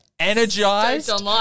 energized